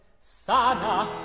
sana